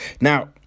Now